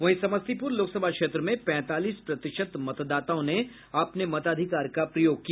वहीं समस्तीपुर लोकसभा क्षेत्र में पैंतालीस प्रतिशत मतदाताओं ने अपने मताधिकार का प्रयोग किया